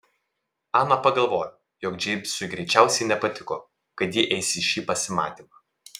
ana pagalvojo jog džeimsui greičiausiai nepatiko kad ji eis į šį pasimatymą